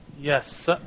Yes